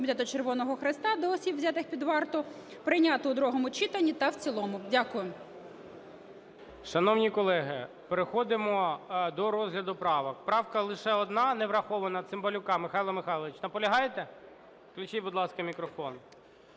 Комітету Червоного Хреста до осіб, взятих під варту, прийняти у другому читанні та в цілому. Дякую. ГОЛОВУЮЧИЙ. Шановні колеги, переходимо до розгляду правок. Правка лише одна неврахована - Цимбалюка Михайла Михайловича. Наполягаєте? Включіть, будь ласка, мікрофон.